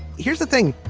here's the thing.